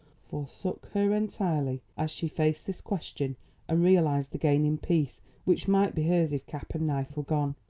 forsook her entirely as she faced this question and realised the gain in peace which might be hers if cap and knife were gone.